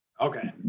Okay